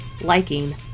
liking